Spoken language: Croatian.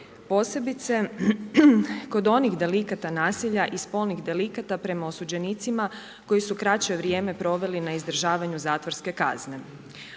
posebice kod onih delikata nasilja i spolnih delikata prema osuđenicima koji su kraće vrijeme proveli na izdržavanju zatvorske kazne.